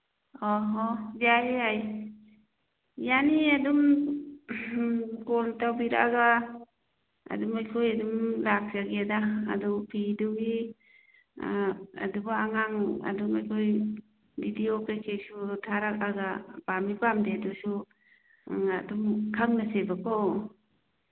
ꯑꯣꯍꯣ ꯌꯥꯏꯌꯦ ꯌꯥꯏꯌꯦ ꯌꯥꯅꯤ ꯑꯗꯨꯝ ꯀꯣꯟ ꯇꯧꯕꯤꯔꯛꯑꯒ ꯑꯗꯨꯝ ꯑꯩꯈꯣꯏ ꯑꯗꯨꯝ ꯂꯥꯛꯆꯒꯦꯗ ꯑꯗꯨ ꯐꯤꯗꯨꯒꯤ ꯑꯗꯨ ꯑꯉꯥꯡ ꯑꯗꯨꯝ ꯑꯩꯈꯣꯏ ꯚꯤꯗꯤꯌꯣ ꯀꯩꯀꯩꯁꯨ ꯊꯥꯔꯛꯑꯒ ꯄꯥꯝꯃꯤ ꯄꯥꯝꯗꯦꯗꯨꯁꯨ ꯑꯗꯨꯝ ꯈꯟꯅꯁꯦꯕꯀꯣ